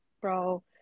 bro